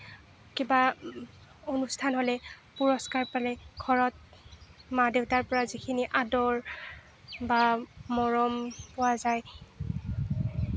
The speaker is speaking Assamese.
কিবা অনুষ্ঠান হ'লে পুৰষ্কাৰ পালে ঘৰত মা দেউতাৰ পৰা যিখিনি আদৰ বা মৰম পোৱা যায়